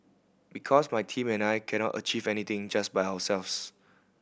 because my team and I cannot achieve anything just by ourselves